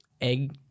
egg